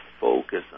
focus